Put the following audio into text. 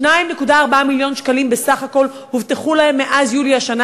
2.4 מיליון שקלים בסך הכול הובטחו להן מאז יולי השנה,